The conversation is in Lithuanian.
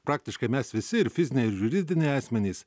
praktiškai mes visi ir fiziniai ir juridiniai asmenys